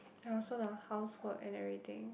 oh so the housework and everything